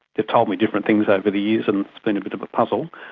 they've told me different things over the years and it's been a bit of a puzzle.